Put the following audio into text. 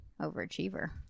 overachiever